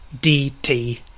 D-T